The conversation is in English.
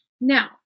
Now